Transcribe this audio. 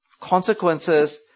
consequences